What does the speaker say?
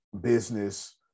business